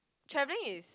travelling is